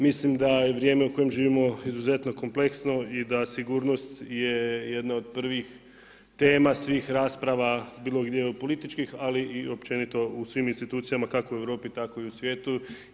Mislim da je vrijeme u kojem živimo izuzetno kompleksno i da sigurnost je jedna od prvih tema svih rasprava bilo gdje političkih, ali bilo gdje općenito u svim institucijama, kako u Europi, tako i u svijetu.